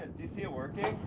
do you see it working?